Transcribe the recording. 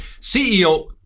CEO